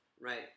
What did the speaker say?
Right